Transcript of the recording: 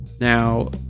Now